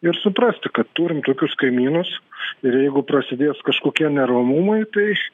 ir suprasti kad turim tokius kaimynus ir jeigu prasidės kažkokie neramumai tai